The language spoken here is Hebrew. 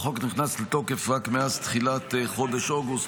החוק נכנס לתוקף רק מאז תחילת חודש אוגוסט.